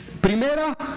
Primera